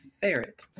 ferret